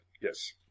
yes